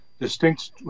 Distinct